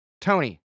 Tony